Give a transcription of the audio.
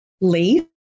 leave